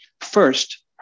first